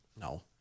no